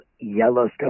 Yellowstone